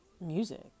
music